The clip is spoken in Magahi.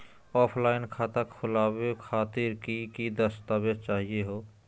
ऑफलाइन खाता खोलहु खातिर की की दस्तावेज चाहीयो हो?